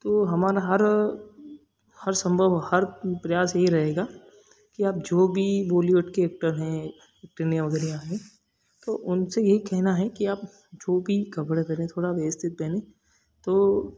तो हमारा हर हर सम्भव हर प्रयास यही रहेगा कि आप जो भी बॉलीवुड के एक्टर हैं एक्टरनियाँ वगैरह हैं तो उनसे यही कहना है कि आप जो भी कपड़े पहने थोड़ा व्यवस्थित पहनें तो